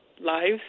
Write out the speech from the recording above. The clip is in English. lives